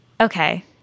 Okay